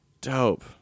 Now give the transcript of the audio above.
dope